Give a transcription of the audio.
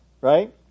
Right